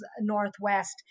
Northwest